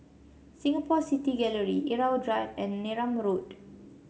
Singapore City Gallery Irau Drive and Neram Road